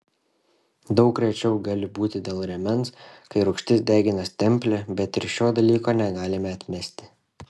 daug rečiau gali būti dėl rėmens kai rūgštis degina stemplę bet ir šio dalyko negalime atmesti